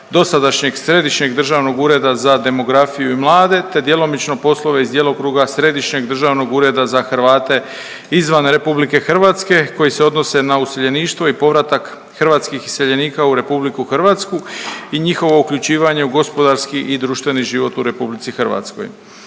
dosadašnjeg Središnjeg državnog Ureda za demografiju i mlade, te djelomično poslove iz djelokruga Središnjeg državnog ureda za Hrvate izvan Republike Hrvatske koji se odnose na useljeništvo i povratak hrvatskih iseljenika u Republiku Hrvatsku i njihovo uključivanje u gospodarski i društveni život u Republici Hrvatskoj.